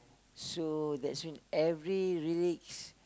so that's when every lyrics